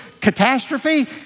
catastrophe